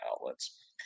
outlets